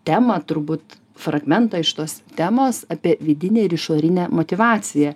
temą turbūt fragmentą iš tos temos apie vidinę ir išorinę motyvaciją